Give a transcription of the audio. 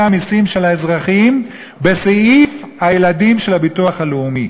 המסים של האזרחים בסעיף הילדים של הביטוח הלאומי.